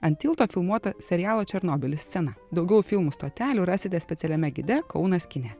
ant tilto filmuota serialo černobylis scena daugiau filmų stotelių rasite specialiame gide kaunas kine